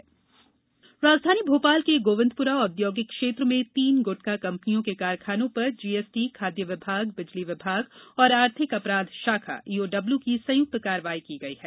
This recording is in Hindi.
कारखाना राजधानी भोपाल के गोविंदपुरा औद्योगिक क्षेत्र में तीन गुटखा कंपनियों के कारखानों पर जीएसटी खाद्य विभाग बिजली विभाग और आर्थिक अपराध शाखा ईओडब्ल्यू की संयुक्त कार्रवाई की गई है